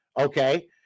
okay